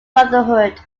brotherhood